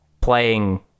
playing